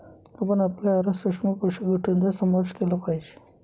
आपण आपल्या आहारात सूक्ष्म पोषक घटकांचा समावेश केला पाहिजे